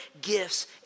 gifts